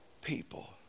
people